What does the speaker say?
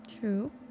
true